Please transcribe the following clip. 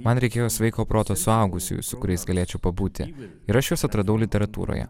man reikėjo sveiko proto suaugusiųjų su kuriais galėčiau pabūti ir aš juos atradau literatūroje